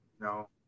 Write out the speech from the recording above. No